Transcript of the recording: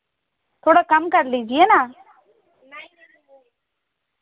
थोड़ा कम कर लीजिए ना